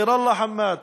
חיראללה חמאד,